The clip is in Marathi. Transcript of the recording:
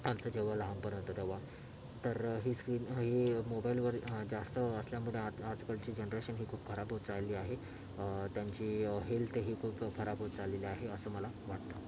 आमचं जेव्हा लहानपण होतं तेव्हा तर ही स्क्रीन ही मोबाईलवर जास्त असल्यामुळे आज आजकालची जनरेशन ही खूप खराब होत चालली आहे त्यांची हेल्थही खूप खराब होत चाललेली आहे असं मला वाटतं